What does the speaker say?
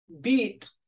beat